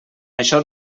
això